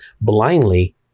blindly